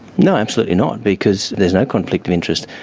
no, absolutely not because there is no conflict of interest.